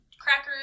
crackers